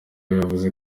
yavuze